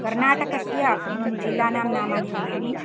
कर्णाटकस्य जिल्लानां नामानि वदामि